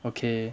okay